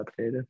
updated